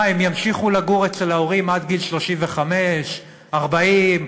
מה, הם ימשיכו לגור אצל ההורים עד גיל 35, 40,